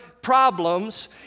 problems